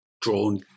drawn